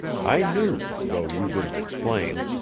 i knew, though you didn't explain,